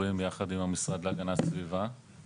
בסיורים ביחד עם המשרד להגנת הסביבה,